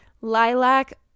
lilac